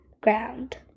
ground